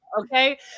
okay